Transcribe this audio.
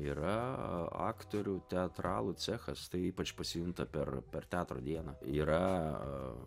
yra aktorių teatralų cechas tai ypač pasijunta per per teatro dieną yra